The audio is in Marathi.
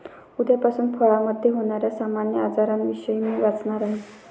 उद्यापासून फळामधे होण्याऱ्या सामान्य आजारांविषयी मी वाचणार आहे